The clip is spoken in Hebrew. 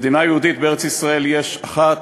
מדינה יהודית בארץ-ישראל יש אחת,